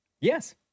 Yes